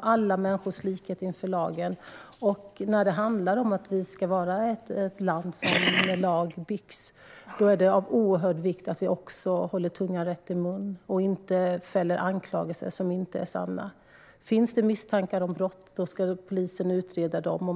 alla människors likhet inför lagen och att vi ska vara ett land som med lag byggs är det av oerhörd vikt att vi håller tungan rätt i mun och inte kommer med anklagelser som inte är sanna. Finns det misstankar om brott ska polisen utreda dem.